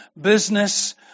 business